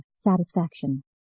satisfaction